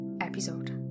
episode